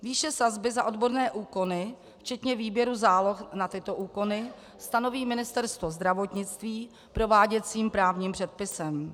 Výše sazby za odborné úkony včetně výběru záloh na tyto úkony stanoví Ministerstvo zdravotnictví prováděcím právním předpisem.